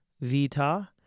vita